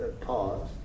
pause